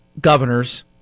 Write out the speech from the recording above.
governors